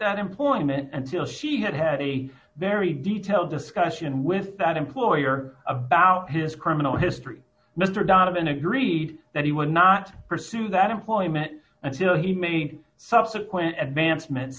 that employment and still she had had a very detailed discussion with that employer about his criminal history mr donovan agreed that he would not pursue that employment until he made subsequent advancement